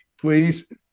please